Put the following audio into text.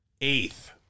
Eighth